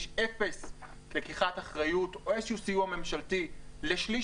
יש אפס לקיחת אחריות או איזשהו סיוע ממשלתי לשליש